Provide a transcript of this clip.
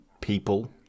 people